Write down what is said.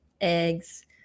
eggs